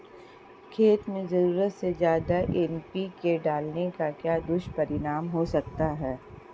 खेत में ज़रूरत से ज्यादा एन.पी.के डालने का क्या दुष्परिणाम हो सकता है?